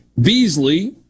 Beasley